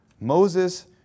Moses